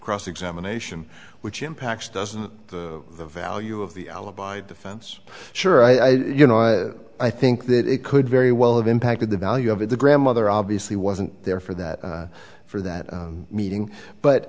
cross examination which impacts doesn't the value of the alibi defense sure i you know i i think that it could very well have impacted the value of the grandmother obviously wasn't there for that for that meeting but